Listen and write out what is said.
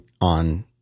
on